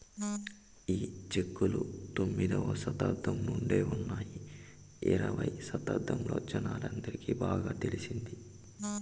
ఈ చెక్కులు తొమ్మిదవ శతాబ్దం నుండే ఉన్నాయి ఇరవై శతాబ్దంలో జనాలందరికి బాగా తెలిసింది